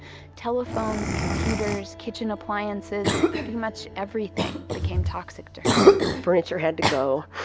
telephones, computers, kitchen appliances. pretty much everything became toxic to her furniture had to go.